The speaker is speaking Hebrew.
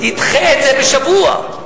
תדחה את זה בשבוע,